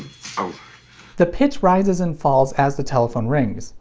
um the pitch rises and falls as the telephone rings.